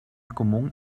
común